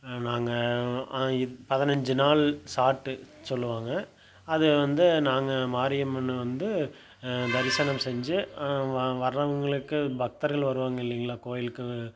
நாங்கள் பதினைஞ்சி நாள் சாட்டு சொல்லுவாங்க அதை வந்து நாங்கள் மாரியம்மனை வந்து தரிசனம் செஞ்சு வர்றவங்களுக்கு பக்தர்கள் வருவாங்க இல்லைங்களா கோயிலுக்கு